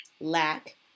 lack